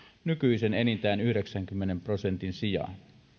nykyisen enintään yhdeksänkymmenen prosentin sijaan